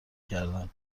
کردن